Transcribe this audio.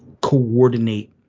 coordinate